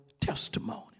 testimony